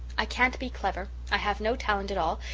i can't be clever. i have no talent at all,